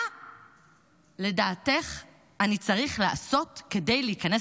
מה לדעתך אני צריך לעשות כדי להיכנס